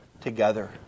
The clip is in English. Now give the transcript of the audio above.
together